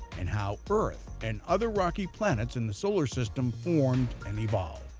and how earth and other rocky planets in the solar system formed and evolved.